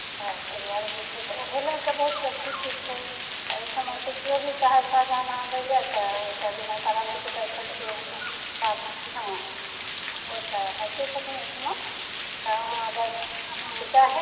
तऽ ताहि दुआरे जे छै से ओहो लय कऽ बहुत प्रसिद्ध छै तऽ एहिठमा तऽ किओ भी सहरसा जहन आबैए तऽ ओतय बिना माँ तारामाइके दर्शनके ओ तऽ अबिते छथिन एहिठमा तऽ अहाँ अगर चाहैत